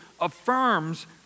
affirms